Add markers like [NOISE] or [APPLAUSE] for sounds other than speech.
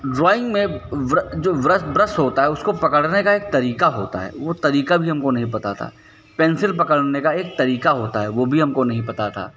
drawing में [UNINTELLIGIBLE] जो व्रस ब्रश होता है उसको पकड़ने का एक तरीका होता है वो तरीका भी हमको नहीं पता था पेंसिल पकड़ने का एक तरीका होता है वो भी हमको नहीं पता था